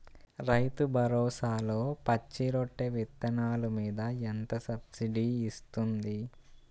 రైతు భరోసాలో పచ్చి రొట్టె విత్తనాలు మీద ఎంత సబ్సిడీ ఇస్తుంది?